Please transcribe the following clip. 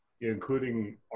including